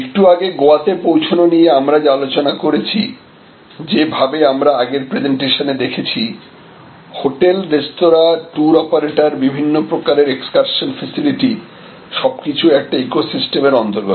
একটু আগে গোয়াতে পৌঁছানো নিয়ে আমরা যে আলোচনা করেছি যে ভাবে আমরা আগের প্রেজেন্টেশনে দেখেছি হোটেলরেস্তোরাঁ ট্যুর অপারেটর বিভিন্ন প্রকারের এক্সকার্শন ফেসিলিটি সবকিছু একটা ইকোসিস্টেমের অন্তর্গত